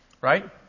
Right